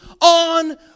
on